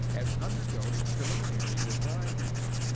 has undergone its preliminary design review.